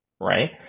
right